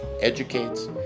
educates